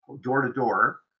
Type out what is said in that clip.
door-to-door